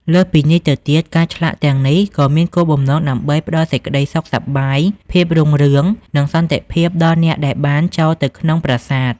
លើសពីនេះទៅទៀត ការឆ្លាក់ទាំងនេះក៏មានគោលបំណងដើម្បីផ្តល់សេចក្តីសុខសប្បាយ ភាពរុងរឿង និងសន្តិភាពដល់អ្នកដែលបានចូលទៅក្នុងប្រាសាទ។